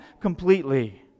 completely